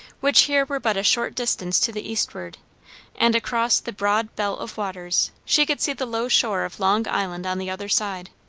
which here were but a short distance to the eastward and across the broad belt of waters she could see the low shore of long island on the other side.